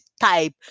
type